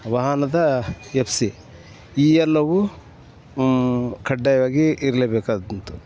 ವಾಹನದ F C ಈ ಎಲ್ಲವು ಕಡ್ಡಾಯವಾಗಿ ಇರಲೇಬೇಕಾದಂತದ್ದು